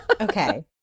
Okay